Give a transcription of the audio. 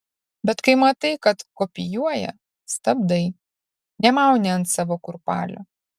bet kai matai kad kopijuoja stabdai nemauni ant savo kurpalio